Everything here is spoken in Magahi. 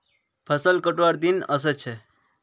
फसल कटवार दिन व स छ